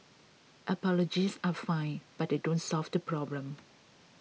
apologies are fine but they don't solve the problem